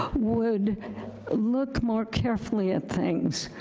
would look more carefully at things,